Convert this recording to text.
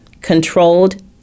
Controlled